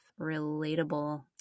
relatable